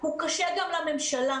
הוא קשה גם לממשלה.